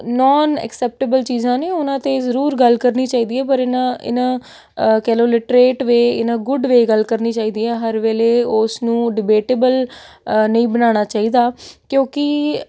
non acceptable ਚੀਜ਼ਾਂ ਨੇ ਉਹਨਾਂ 'ਤੇ ਜ਼ਰੂਰ ਗੱਲ ਕਰਨੀ ਚਾਹੀਦੀ ਹੈ ਪਰ ਇਹਨਾਂ ਇਹਨਾਂ ਕਹਿ ਲਓ literate way in a good way ਗੱਲ ਕਰਨੀ ਚਾਹੀਦੀ ਹੈ ਹਰ ਵੇਲੇ ਉਸ ਨੂੰ ਡਬੇਟਬਲ ਨਹੀਂ ਬਣਾਉਣਾ ਚਾਹੀਦਾ ਕਿਉਂਕਿ